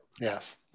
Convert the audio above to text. yes